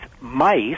mice